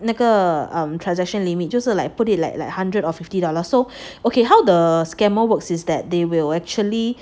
那个 um transaction limit 就是 like put it like like hundred of fifty dollars so okay how the scammer works is that they will actually